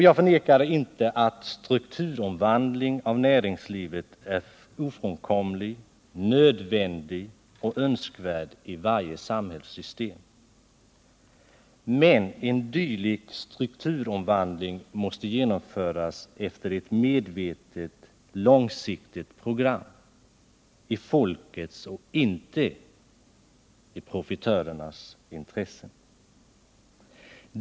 Jag förnekar inte att strukturomvandling av näringslivet är ofrånkomlig, nödvändig och önskvärd i varje samhällssystem. Men en dylik strukturomvandling måste genomföras efter ett medvetet, långsiktigt program i folkets och inte i profitörernas intresse.